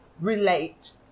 relate